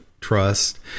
trust